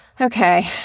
Okay